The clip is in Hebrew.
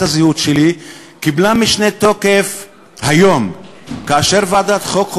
הזהות שלי קיבל היום משנה תוקף כאשר ועדת החוקה,